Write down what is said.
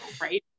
Right